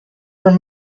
were